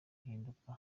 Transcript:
guhinduka